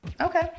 Okay